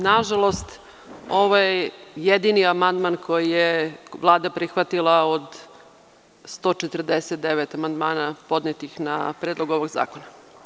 Nažalost, ovo je jedini amandman koji je Vlada prihvatila od 149 amandmana podnetih na predlog ovog zakona.